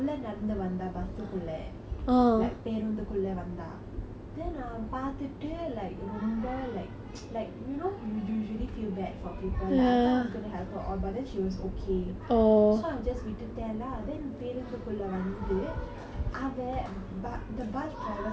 then ah பார்த்துட்டு:paartthuttu like ரொம்ப:romba like like you know you usually feel bad for people like I thought I was going to help her all but then she was okay so I'll just waited there lah then பேருந்துக்குள்ள வந்து அதை:perunthukkulla vanthu athai the bus driver suddenly drive like so badly suddenly he go and jam brake